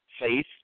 faith